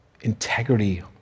integrity